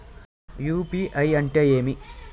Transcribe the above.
UPI అంటే ఏమి?